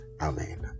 Amen